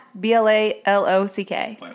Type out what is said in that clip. B-L-A-L-O-C-K